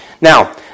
Now